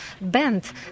bent